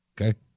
Okay